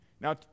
Now